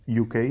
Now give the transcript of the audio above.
UK